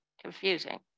confusing